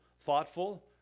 thoughtful